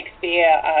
Shakespeare